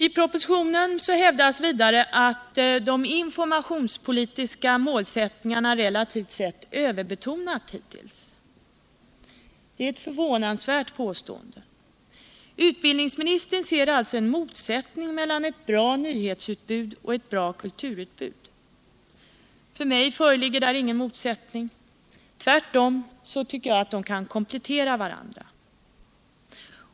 I propositionen hävdas vidare att de ”informationspolitiska målsättningarna relativt sett överbetonats hittills”. Det är ett förvånansvärt påstående. Utbildningsministern ser alltså en motsättning mellan ett bra nyhetsutbud och ett bra kulturutbud. För mig föreligger där ingen motsättning — tvärtom tycker jag att de kan komplettera varandra.